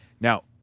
Now